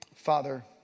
Father